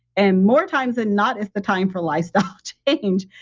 and more times than not, it's the time for lifestyle change.